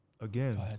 again